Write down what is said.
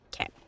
Okay